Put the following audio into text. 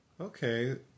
Okay